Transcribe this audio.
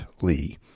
Lee